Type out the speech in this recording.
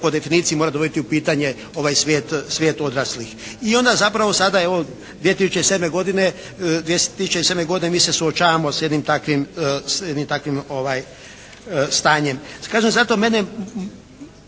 po definiciji mora dovoditi u pitanje ovaj svijet odraslih. I onda zapravo sada evo 2007. godine mi se suočavamo s jednim takvim stanje. Kažem zato mene